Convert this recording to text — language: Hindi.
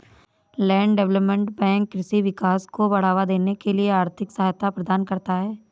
लैंड डेवलपमेंट बैंक कृषि विकास को बढ़ावा देने के लिए आर्थिक सहायता प्रदान करता है